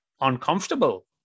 uncomfortable